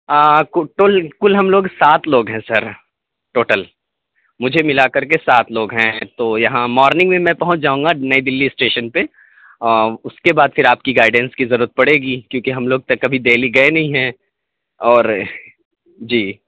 ٹل کل ہم لوگ سات لوگ ہیں سر ٹوٹل مجھے ملا کر کے سات لوگ ہیں تو یہاں مارننگ میں میں پہنچ جاؤں گا نئی دہلی اسٹیشن پہ اس کے بعد پھر آپ کی گائڈینس کی ضرورت پڑے گی کیونکہ ہم لوگ تو کبھی دہلی گئے نہیں ہیں اور جی